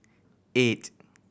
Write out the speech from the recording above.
eight